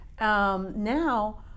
Now